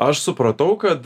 aš supratau kad